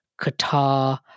Qatar